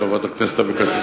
חברת הכנסת אבקסיס,